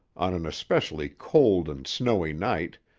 on an especially cold and snowy night,